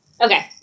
Okay